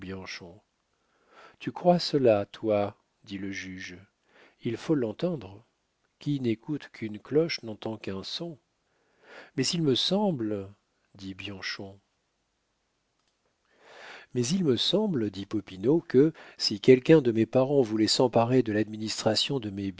tu crois cela toi dit le juge il faut l'entendre qui n'écoute qu'une cloche n'entend qu'un son mais il me semble dit bianchon mais il me semble dit popinot que si quelqu'un de mes parents voulait s'emparer de l'administration de